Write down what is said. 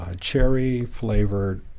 cherry-flavored